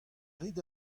rit